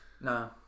No